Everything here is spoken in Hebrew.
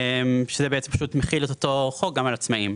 זה פשוט מחיל את אותו החוק גם על עצמאים.